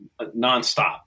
nonstop